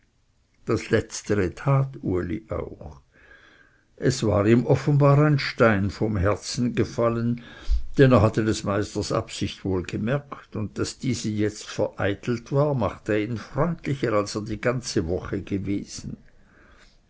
das letztere tat uli auch es war ihm offenbar ein stein vom herzen gefallen denn er hatte des meisters absicht wohl gemerket und daß diese jetzt vereitelt war machte ihn freundlicher als er die ganze woche gewesen